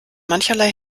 mancherlei